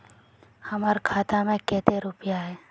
हमर खाता में केते रुपया है?